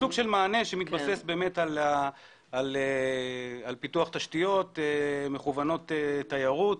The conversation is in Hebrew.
סוג של מענה שמתבסס על פיתוח תשתיות מכוונות תיירות.